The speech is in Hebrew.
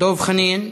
דב חנין,